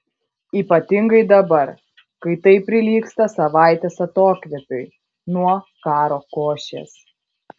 ypatingai dabar kai tai prilygsta savaitės atokvėpiui nuo karo košės